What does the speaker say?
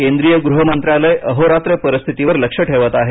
केंद्रीय गृह मंत्रालय अहोरात्र परिस्थितीवर लक्ष ठेवत आहे